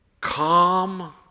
Calm